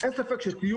אין לי ספק שטיול